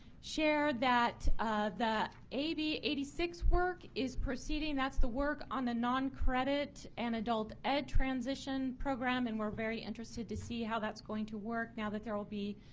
share that the ab eighty six work is proceeding. that's the work on the non credit and adult ed transition program and we are very interested to see how that's going to work now that there will be,